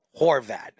Horvat